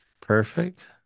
Perfect